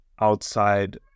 outside